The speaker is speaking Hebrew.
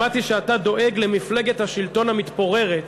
שמעתי שאתה דואג למפלגת השלטון המתפוררת.